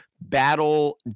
battle